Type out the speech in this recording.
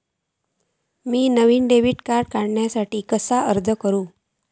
म्या नईन debit card काडुच्या साठी अर्ज कसा करूचा?